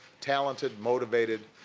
talented, motivated,